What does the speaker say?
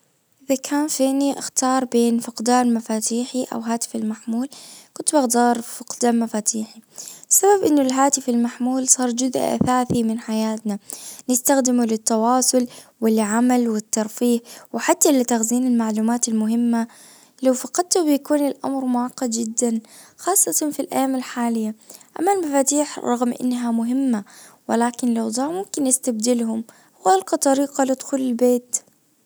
أذا كان فيني اختار بين فقدان مفاتيحي او هاتف المحمول كنت بختار فقدان مفاتيحي. بسبب انه الهاتف المحمول صار جزء اساسي من حياتنا. نستخدمه للتواصل والعمل والترفيه وحتى لتخزين المعلومات المهمة لو فقدته بيكون الامر معقد جدًا خاصتًا في الايام الحالية اما المفاتيح رغم انها مهمة ولكن لو ظاع ممكن نستبدلهم والقى طريقة لدخول البيت.